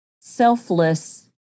selfless